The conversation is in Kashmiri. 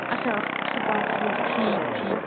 اَچھا سُپا فرٛی ٹھیٖک ٹھیٖک